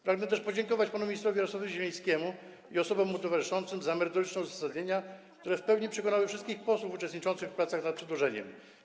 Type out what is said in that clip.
Pragnę też podziękować panu ministrowi Jarosławowi Zielińskiemu i osobom mu towarzyszącym za merytoryczne uzasadnienia, które w pełni przekonały wszystkich posłów uczestniczących w pracach nad przedłożeniem.